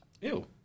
Ew